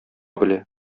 белә